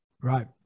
Right